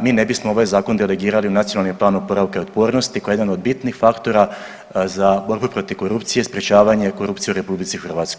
mi ne bismo ovaj zakon delegirali u Nacionalni plan oporavka i otpornosti koji je jedan od bitnih faktora za borbu protiv korupcije i sprječavanje korupcije u RH.